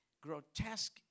grotesque